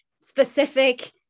specific